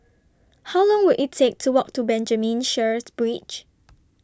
How Long Will IT Take to Walk to Benjamin Sheares Bridge